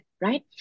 right